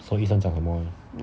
so 医生讲什么 leh